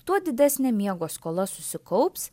tuo didesnę miego skola susikaups